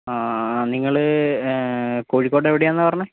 ആ നിങ്ങൾ കോഴിക്കോട് എവിടെയാണെന്നാണ് പറഞ്ഞത്